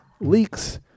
leaks